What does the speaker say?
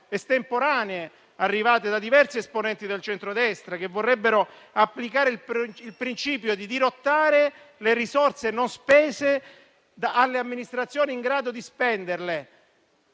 estemporanee arrivate da diversi esponenti del centrodestra, che vorrebbero applicare il principio di dirottare le risorse non spese alle amministrazioni in grado di spenderle.